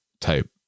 type